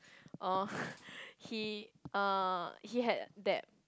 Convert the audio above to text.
uh he uh he had that